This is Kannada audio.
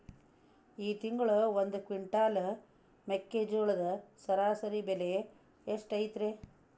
ಈ ತಿಂಗಳ ಒಂದು ಕ್ವಿಂಟಾಲ್ ಮೆಕ್ಕೆಜೋಳದ ಸರಾಸರಿ ಬೆಲೆ ಎಷ್ಟು ಐತರೇ?